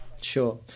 Sure